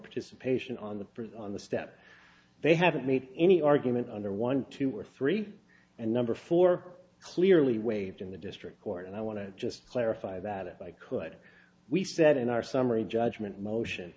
participate on the prison on the step they haven't made any argument under one two or three and number four clearly waived in the district court and i want to just clarify that if i could we said in our summary judgment motion